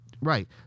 right